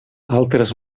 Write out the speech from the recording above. altres